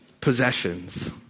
possessions